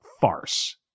farce